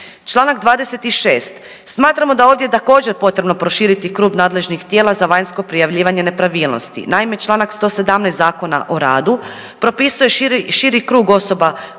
Članak 26. smatramo da je ovdje također potrebno proširiti krug nadležnih tijela za vanjsko prijavljivanje nepravilnosti. Naime, Članak 117. Zakona o radu propisuje širi krug osoba